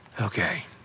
Okay